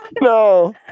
No